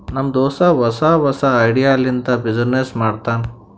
ನಮ್ ದೋಸ್ತ ಹೊಸಾ ಹೊಸಾ ಐಡಿಯಾ ಲಿಂತ ಬಿಸಿನ್ನೆಸ್ ಮಾಡ್ತಾನ್